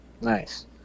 Nice